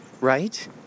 Right